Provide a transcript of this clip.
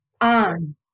on